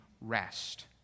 rest